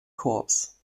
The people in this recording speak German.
korps